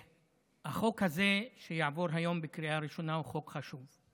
החוק הזה שיעבור היום בקריאה ראשונה הוא חוק חשוב.